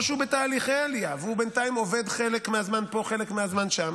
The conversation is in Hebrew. או שהוא בתהליכי עלייה והוא בינתיים עובד חלק מהזמן פה וחלק מהזמן שם,